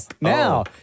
now